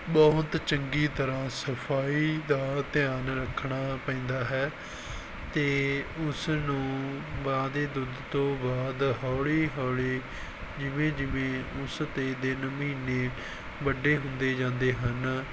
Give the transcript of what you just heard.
ਬਹੁਤ ਚੰਗੀ ਤਰ੍ਹਾਂ ਸਫਾਈ ਦਾ ਧਿਆਨ ਰੱਖਣਾ ਪੈਂਦਾ ਹੈ ਅਤੇ ਉਸ ਨੂੰ ਮਾਂ ਦੇ ਦੁੱਧ ਤੋਂ ਬਾਅਦ ਹੌਲੀ ਹੌਲੀ ਜਿਵੇਂ ਜਿਵੇਂ ਉਸ 'ਤੇ ਦਿਨ ਮਹੀਨੇ ਵੱਡੇ ਹੁੰਦੇ ਜਾਂਦੇ ਹਨ